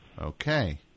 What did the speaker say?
Okay